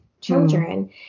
children